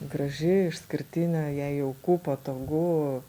graži išskirtinė jai jauku patogu